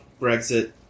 Brexit